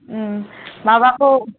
माबाखौ